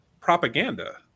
propaganda